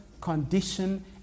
condition